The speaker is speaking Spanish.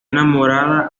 enamorada